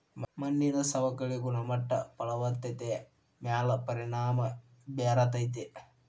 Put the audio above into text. ಮಣ್ಣಿನ ಸವಕಳಿ ಗುಣಮಟ್ಟ ಫಲವತ್ತತೆ ಮ್ಯಾಲ ಪರಿಣಾಮಾ ಬೇರತತಿ